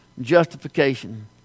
justification